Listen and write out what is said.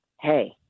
hey